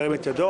ירים את ידו.